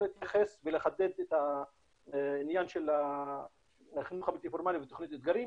להתייחס ולחדד את העניין של החינוך הבלתי פורמלי ותוכנית 'אתגרים'.